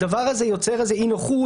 הדבר הזה יוצר איזו אי-נוחות,